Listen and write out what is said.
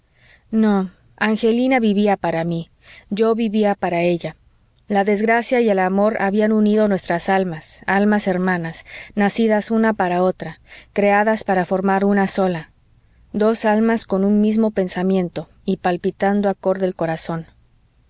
no angelina vivía para mi yo vivía para ella la desgracia y el amor habían unido nuestras almas almas hermanas nacidas una para otra creadas para formar una sola dos almas con un mismo pensamiento y palpitando acorde el corazón